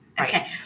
Okay